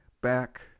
back